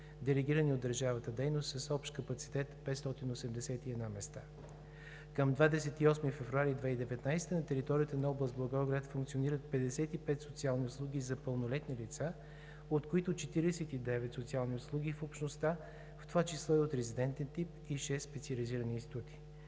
делегирани от държавата дейности, с общ капацитет 581 места. Към 28 февруари 2019 г. на територията на област Благоевград функционират 55 социални услуги за пълнолетни лица, от които 49 социални услуги в общността, в това число и от резидентен тип, и шест специализирани институции.